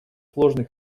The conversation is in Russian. сложный